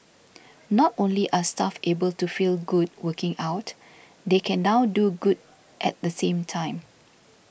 not only are staff able to feel good working out they can now do good at the same time